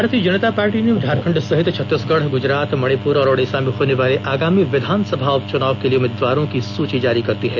भारतीय जनता पार्टी ने झारखंड सहित छत्तीसगढ़ गुजरात मणिपुर और ओड़ीसा में होने वाले आगामी विधानसभा उपचनाव के लिए उम्मीदवारों की सूची जारी कर दी है